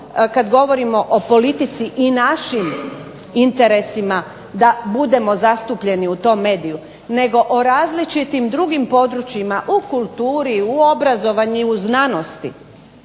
kad govorimo o politici i našim interesima da budemo zastupljeni u tom mediju, nego o različitim drugim područjima u kulturi, u obrazovanju, u znanosti,